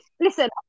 Listen